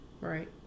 Right